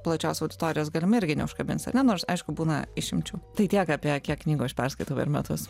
plačios auditorijos galimai irgi neužkabins ar ne nors aišku būna išimčių tai tiek apie kiek knygų aš perskaitau per metus